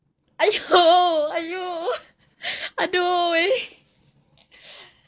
!aiyo! !aiyo! !aduh!